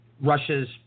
Russia's